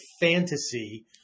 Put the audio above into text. fantasy